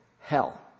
hell